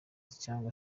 cyangwa